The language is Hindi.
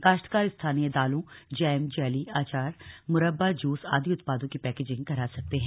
काश्तकार स्थानीय दालों जैम जैली अचार मुरब्बा जूस आदि उत्पादों की पैकेजिंग करा सकते हैं